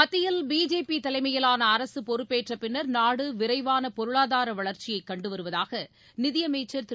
மத்தியில் பிஜேபிதலைமையிலானஅரசுபொறுப்பேற்றபின்னர் நாடுவிரைவானபொருளாதாரவளர்ச்சியைக் கண்டுவருவதாகநிதியமைச்சர் திரு